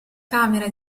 camera